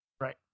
Right